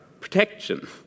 protection